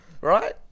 right